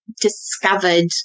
discovered